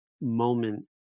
moment